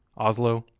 oslo,